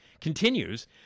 continues